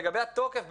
לגבי התוקף,